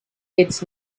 its